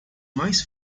mais